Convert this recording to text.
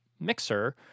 mixer